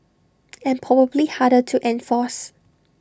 and probably harder to enforce